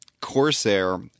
Corsair